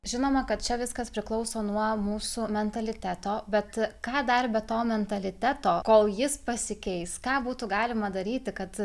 žinoma kad čia viskas priklauso nuo mūsų mentaliteto bet ką dar be to mentaliteto kol jis pasikeis ką būtų galima daryti kad